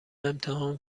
امتحان